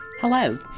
Hello